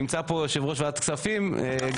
נמצא פה יושב ראש ועדת הכספים גפני,